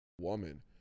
woman